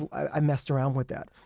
i messed around with that.